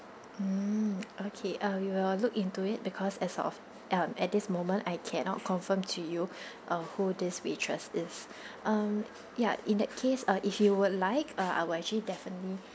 mm okay uh we will look into it because as of um at this moment I cannot confirm to you uh who this waitress is um ya in that case uh if you would like I will actually definitely